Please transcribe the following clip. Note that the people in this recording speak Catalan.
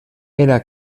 era